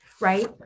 right